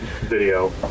video